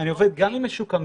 אני עובד גם עם משוקמים.